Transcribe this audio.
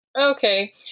Okay